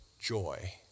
joy